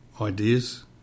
ideas